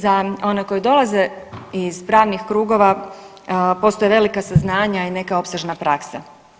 za one koji dolaze iz pravnih krugova postoje velika saznanja i neka opsežna praksa.